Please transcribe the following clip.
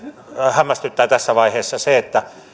hämmästyttää tässä vaiheessa se että